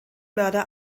mörder